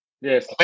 Yes